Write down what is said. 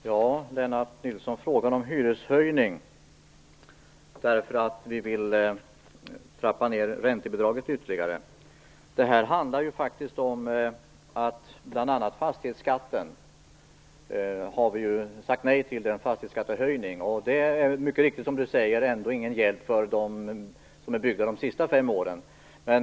Herr talman! Lennart Nilsson frågade om hyreshöjning, därför att vi vill trappa ned räntebidraget ytterligare. Det här handlar faktiskt om att vi har sagt nej till en fastighetsskattehöjning. Det är mycket riktigt, som Lennart Nilsson säger, ändå ingen hjälp för dem som bor i hus som är byggda de senaste fem åren.